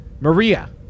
Maria